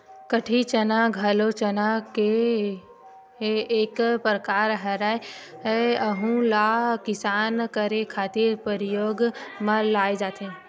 कटही चना घलो चना के एक परकार हरय, अहूँ ला किसानी करे खातिर परियोग म लाये जाथे